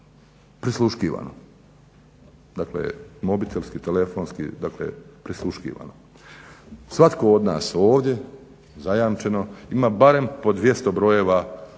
prisluškivano, dakle, mobitelski, telefonski prisluškivano. Svatko od nas ovdje zajamčeno ima barem po 200 brojeva